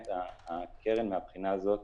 הקרן מבחינה הזאת